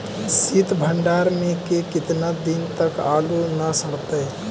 सित भंडार में के केतना दिन तक आलू न सड़तै?